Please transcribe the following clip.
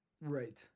Right